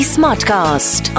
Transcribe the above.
Smartcast